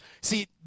See